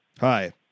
Hi